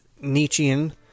Nietzschean